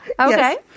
Okay